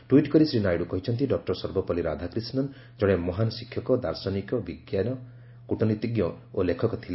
tweet କରି ଶ୍ରୀ ନାଇଡୁ କହିଛନ୍ତି doctor Sarvepalli Radhakrishnan ଜଣେ ମହାନ ଶିକ୍ଷକ ଦାର୍ଶନିକ ବୈଜ୍ଞାନିକ କୁଟନୀତିଜ୍ଞ ଓ ଲେଖକ ଥିଲେ